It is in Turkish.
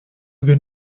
gün